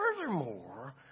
furthermore